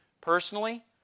personally